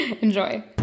Enjoy